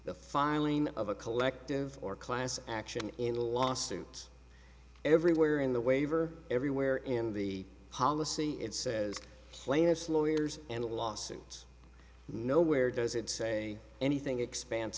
the filing of a collective or class action in lawsuits everywhere in the waiver everywhere in the policy it says plaintiff's lawyers and lawsuits nowhere does it say anything expans